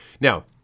Now